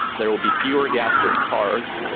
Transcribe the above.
there will be fewer gas burning cars.